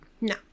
No